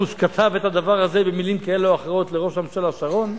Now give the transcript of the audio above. בוש כתב את הדבר הזה במלים כאלה או אחרות לראש הממשלה שרון,